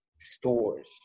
stores